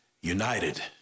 united